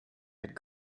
had